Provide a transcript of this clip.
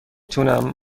تونم